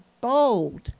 bold